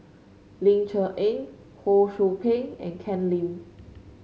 Ling Cher Eng Ho Sou Ping and Ken Lim